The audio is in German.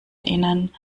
erinnern